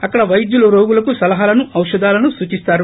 అక్కడ వైద్యులు రోగులకు సలహాలను ఔషధాలను సూచిస్తారు